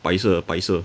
白色的白色